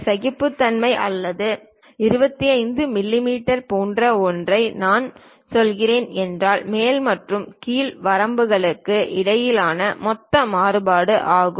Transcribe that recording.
சகிப்புத்தன்மை என்பது 25 மிமீ போன்ற ஒன்றை நான் சொல்கிறேன் என்றால் மேல் மற்றும் கீழ் வரம்புகளுக்கு இடையிலான மொத்த மாறுபாடு ஆகும்